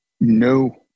No